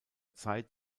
zeit